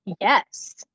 Yes